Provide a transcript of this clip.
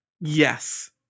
Yes